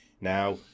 Now